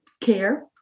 Care